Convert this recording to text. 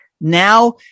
now